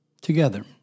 Together